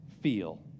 feel